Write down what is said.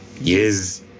Yes